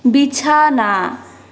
বিছানা